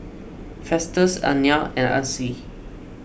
Festus oneal and Ansley